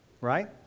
Right